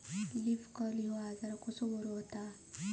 Leaf curl ह्यो आजार कसो बरो व्हता?